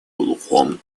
глухом